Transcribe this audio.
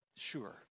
sure